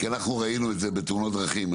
כי אנחנו ראינו את זה בתאונות דרכים.